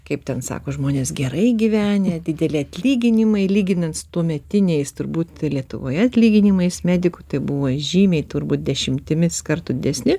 kaip ten sako žmonės gerai gyvenę dideli atlyginimai lyginant su tuometiniais turbūt lietuvoje atlyginimais medikų tai buvo žymiai turbūt dešimtimis kartų didesni